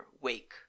wake